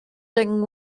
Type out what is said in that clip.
second